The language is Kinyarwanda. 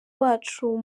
wacu